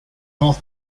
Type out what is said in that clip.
north